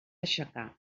aixecar